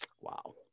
Wow